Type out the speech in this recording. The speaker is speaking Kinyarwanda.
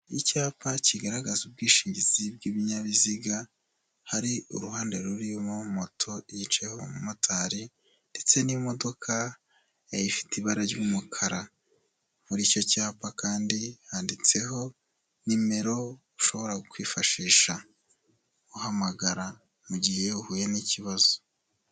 Icyapa kigaragaza ubwishingizi bw'ibinyabiziga, hari uruhande rurimo moto yicayeho umumotari ndetse n'imodoka ifite ibara ry'umukara, muri icyo cyapa kandi handitseho nimero ushobora kwifashisha uhamagara mu gihe uhuye n'ikibazo.